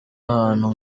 ahantu